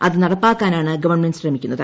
അത് നടപ്പാക്കാനാണ് ഗവൺമെന്റ് ശ്രമിക്കുന്നത്